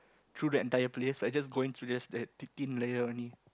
through the entire place but just going through just that thin layer only